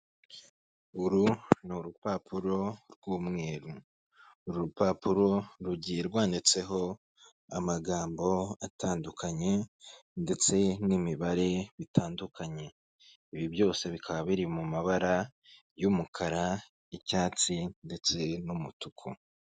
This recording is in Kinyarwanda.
Uru ni urupapuro rw'umweru. Uru rupapuro rugiye rwanditseho amagambo atandukanye ndetse n'imibare bitandukanye. Ibi byose bikaba biri mu mabara y'umukara, icyatsi, ndetse n'umutuku.